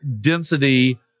density